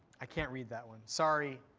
i can't read that one, sorry.